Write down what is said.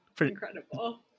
incredible